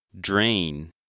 Drain